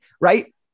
right